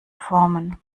formen